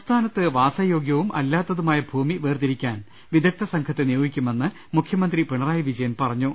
സംസ്ഥാനത്ത് വാസയോഗ്യവും അല്ലാത്തതുമായ ഭൂമി വേർതിരിക്കാൻ വിദഗ്ദ്ധ സംഘത്തെ നിയോഗിക്കുമെന്ന് മുഖ്യമന്ത്രി പിണറായി വിജയൻ പറഞ്ഞു